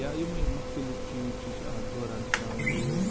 یا یِمَے مُختلِف چیٖز چھِ أسۍ اَتھ دوران کران یوٗز